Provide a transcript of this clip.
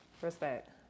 Respect